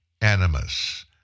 animus